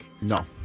No